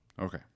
Okay